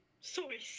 Sorry